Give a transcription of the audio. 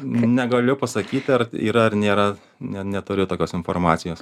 negaliu pasakyti ar yra ar nėra ne neturiu tokios informacijos